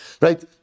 Right